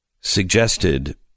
suggested